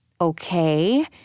Okay